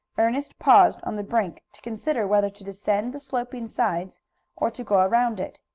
ernest paused on the brink to consider whether to descend the sloping sides or to go round it.